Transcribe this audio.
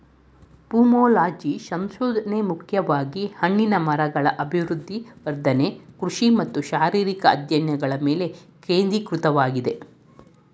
pomology ಸಂಶೋಧನೆ ಮುಖ್ಯವಾಗಿ ಹಣ್ಣಿನ ಮರಗಳ ಅಭಿವೃದ್ಧಿ ವರ್ಧನೆ ಕೃಷಿ ಮತ್ತು ಶಾರೀರಿಕ ಅಧ್ಯಯನಗಳ ಮೇಲೆ ಕೇಂದ್ರೀಕೃತವಾಗಯ್ತೆ